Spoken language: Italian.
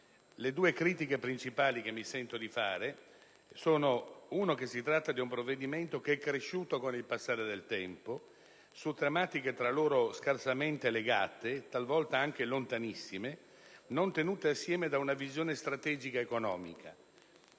Le due critiche principali che mi sento di fare riguardano in primo luogo il fatto che si tratta di un provvedimento che è cresciuto con il passare del tempo, su tematiche tra loro scarsamente legate (talvolta lontanissime), non tenute assieme da una visione strategica economica.